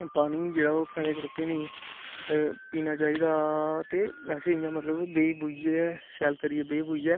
पानी जेह्ड़ा ओह् खड़े खड़ोते नेईं पीना चाहिदा ते असें गी इ'यां मतलब बेही ब्हूइयै शैल करियै बेही ब्हूइयै